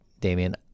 Damian